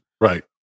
Right